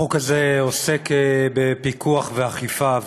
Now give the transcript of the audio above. החוק הזה עוסק בפיקוח ואכיפה,